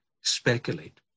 speculate